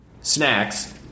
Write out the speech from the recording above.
Snacks